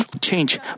change